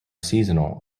seasonal